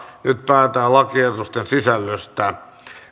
nyt päätetään lakiehdotusten sisällöstä